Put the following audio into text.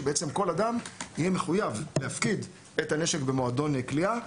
שבעצם כל אדם יהיה מחויב להפקיד את הנשק במועדון קליעה.